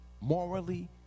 Morally